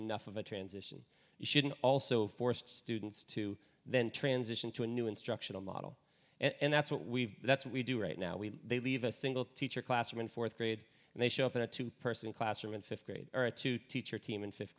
enough of a transition you shouldn't also forced students to then transition to a new instructional model and that's what we've that's what we do right now we leave a single teacher classroom in fourth grade and they show up in a two person classroom in fifth grade or a two teacher team in fifth